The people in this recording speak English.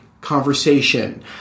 conversation